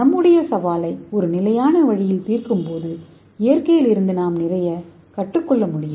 நம்முடைய சவாலை ஒரு நிலையான வழியில் தீர்க்கும்போது இயற்கையிலிருந்து நாம் நிறைய கற்றுக்கொள்ள முடியும்